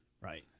Right